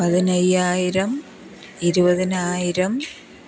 പതിനയ്യായിരം ഇരുപതിനായിരം